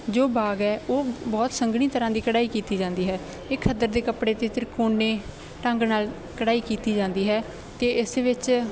ਜੋ ਬਾਗ ਹੈ ਉਹ ਬਹੁਤ ਸੰਘਣੀ ਤਰ੍ਹਾਂ ਦੀ ਕਢਾਈ ਕੀਤੀ ਜਾਂਦੀ ਹੈ ਇਹ ਖੱਦਰ ਦੇ ਕੱਪੜੇ 'ਤੇ ਤਿਰਕੋਣੇ ਢੰਗ ਨਾਲ ਕਢਾਈ ਕੀਤੀ ਜਾਂਦੀ ਹੈ ਅਤੇ ਇਸ ਵਿੱਚ